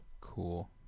Cool